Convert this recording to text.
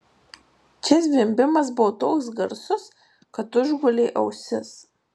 čia zvimbimas buvo toks garsus kad užgulė ausis